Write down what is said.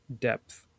depth